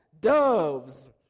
doves